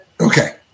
Okay